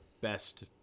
best